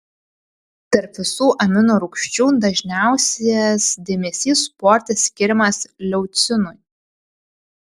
tarp visų amino rūgščių didžiausias dėmesys sporte skiriamas leucinui